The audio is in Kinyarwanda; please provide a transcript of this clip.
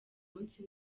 munsi